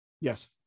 yes